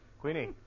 Queenie